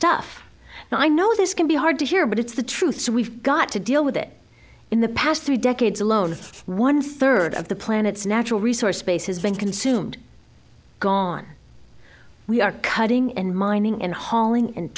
stuff and i know this can be hard to hear but it's the truth so we've got to deal with it in the past three decades alone one third of the planet's natural resource base has been consumed gone we are cutting and mining and hauling and